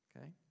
Okay